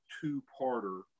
two-parter